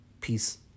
peace